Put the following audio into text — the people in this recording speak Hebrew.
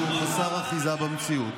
שהוא חסר אחיזה במציאות: